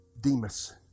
Demas